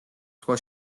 სხვა